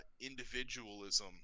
individualism